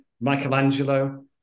michelangelo